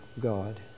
God